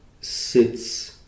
sits